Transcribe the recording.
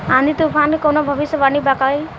आँधी तूफान के कवनों भविष्य वानी बा की?